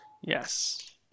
Yes